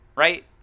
right